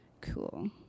Cool